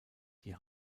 die